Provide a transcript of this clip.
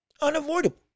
unavoidable